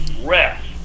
rest